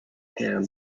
ham